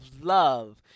love